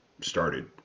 started